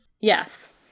Yes